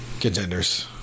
Contenders